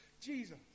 Jesus